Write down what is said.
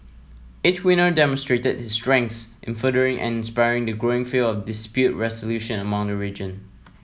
each winner demonstrated his strengths in furthering and inspiring the growing field of dispute resolution around the region